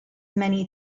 many